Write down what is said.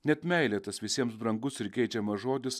net meilė tas visiems brangus ir geidžiamas žodis